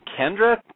Kendra